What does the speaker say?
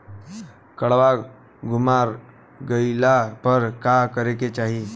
काडवा गुमा गइला पर का करेके चाहीं?